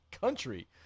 country